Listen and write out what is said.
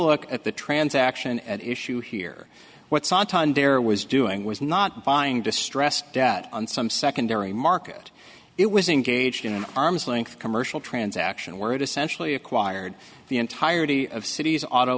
look at the transaction at issue here what's a ton bear was doing was not buying distressed debt on some secondary market it was engaged in an arm's length commercial transaction where it essentially acquired the entirety of city's auto